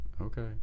Okay